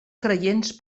creients